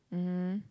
mmhmm